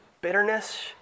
bitterness